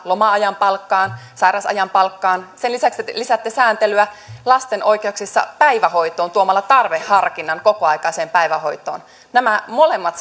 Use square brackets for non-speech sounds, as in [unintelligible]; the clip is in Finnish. loma ajan palkkaan sairausajan palkkaan sen lisäksi lisäätte sääntelyä lasten oikeuksissa päivähoitoon tuomalla tarveharkinnan kokoaikaiseen päivähoitoon nämä molemmat [unintelligible]